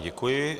Děkuji.